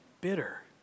bitter